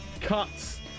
Cuts